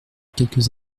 quelques